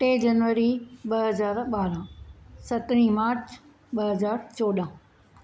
टे जनवरी ॿ हज़ार ॿारहं सत्रहीं मार्च ॿ हज़ार चोडंह